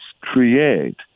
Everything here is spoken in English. create